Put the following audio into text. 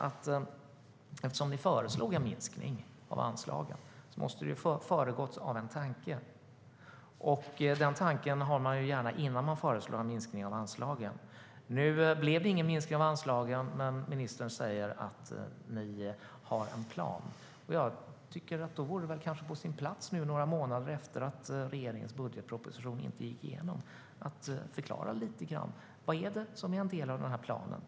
Att ni föreslog en minskning av anslagen måste ju ha föregåtts av en tanke. Den tanken har man gärna innan man föreslår en minskning av anslagen. Nu blev det ingen minskning, men ministern säger att det finns en plan. Då tycker jag att det kanske vore på sin plats att nu, några månader efter att regeringens budgetproposition inte gick igenom, förklara lite grann vad som är en del av planen.